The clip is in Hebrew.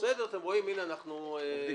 הנה, אתם רואים, אנחנו עובדים.